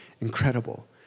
incredible